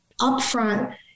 upfront